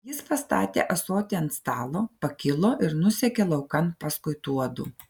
jis pastatė ąsotį ant stalo pakilo ir nusekė laukan paskui tuodu